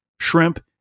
shrimp